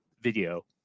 video